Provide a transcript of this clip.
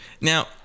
Now